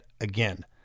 again